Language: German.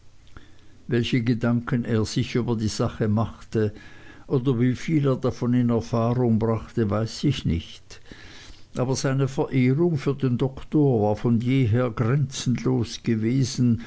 welche gedanken er sich über die sache machte oder wie viel er davon in erfahrung gebracht weiß ich nicht aber seine verehrung für den doktor war von jeher grenzenlos gewesen